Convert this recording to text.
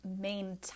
main